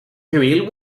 geheel